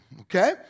okay